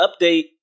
update